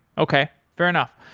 okay. fair enough.